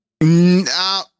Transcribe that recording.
No